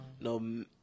no